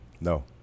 No